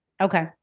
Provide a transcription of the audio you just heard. Okay